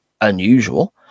unusual